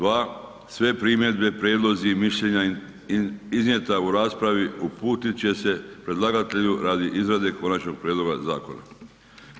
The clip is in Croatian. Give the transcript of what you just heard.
2. Sve primjedbe, prijedlozi i mišljenja iznijeta u raspravi uputiti će se predlagatelju radi izrade Konačnog prijedloga Zakona.